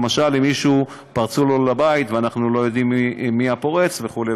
למשל אם למישהו פרצו לבית ואנחנו לא יודעים מי הפורץ וכו'.